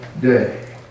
day